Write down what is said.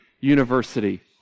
University